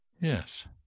Yes